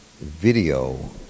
video